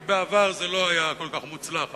כי בעבר זה לא היה כל כך מוצלח,